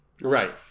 Right